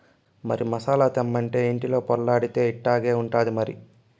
మరి మసాలా తెమ్మంటే ఇంటిలో పొర్లాడితే ఇట్టాగే ఉంటాది మరి